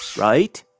right?